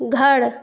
घर